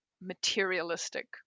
materialistic